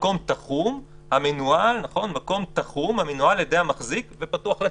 "מקום תחום המונהל על ידי מחזיק והפתוח לציבור".